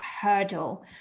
hurdle